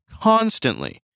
constantly